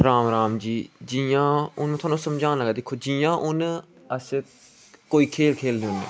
राम राम जी जियां हून तुसेंगी समझान लगा दिक्खो जियां हून अस कोई खेल खेलने आं